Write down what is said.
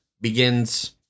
begins